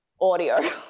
audio